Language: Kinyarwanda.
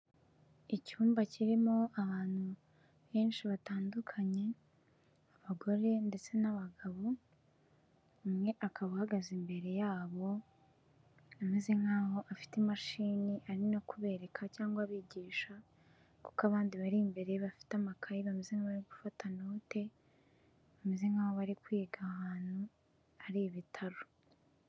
Icyumba kirimo abantu henshi batandukanye, abagore ndetse n'abagabo, umwe akaba ahagaze imbere yabo ameze nk'aho afite imashini ari no kubereka cyangwa abigisha, kuko abandi bari imbere bafite amakayi bameze nk'abari gufata note, bameze nk'aho bari kwiga, ahantu hari ibitaro.